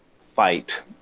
fight